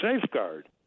safeguard